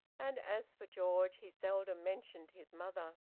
and as for george, he seldom mentioned his mother.